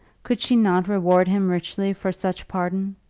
could she not reward him richly for such pardon?